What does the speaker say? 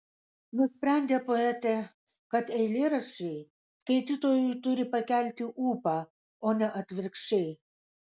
nusprendė poetė kad eilėraščiai skaitytojui turi pakelti ūpą o ne atvirkščiai